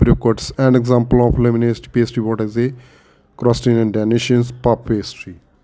briquettes and examples of laminated pastry what eggy crusty and danishes puff pastries